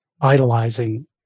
idolizing